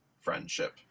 friendship